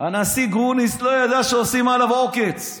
הנשיא גרוניס, לא ידע שעושים עליו עוקץ.